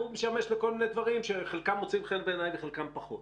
הוא משמש לכל מיני דברים שחלקם מוצאים חן בעיניי וחלקם פחות.